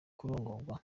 kurongorwa